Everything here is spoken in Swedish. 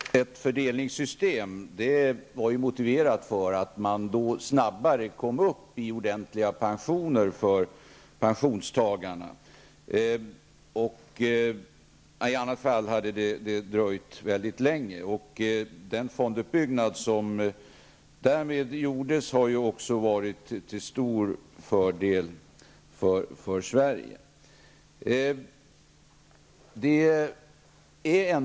Fru talman! Vi slogs för ett fördelningssystem. Det var ju motiverat av att man då snabbare kom upp i ordentliga pensioner för pensionstagarna -- i annat fall hade dröjt väldigt länge. Den fonduppbyggnad som därmed skedde har också varit till stor fördel för Sverige.